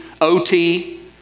OT